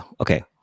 okay